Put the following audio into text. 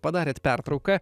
padarėt pertrauką